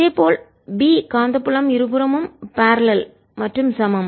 இதே போல் B காந்தப்புலம் இருபுறமும் பரல்லெல்இணையான மற்றும் சமம்